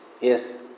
Yes